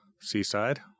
Seaside